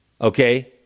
okay